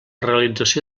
realització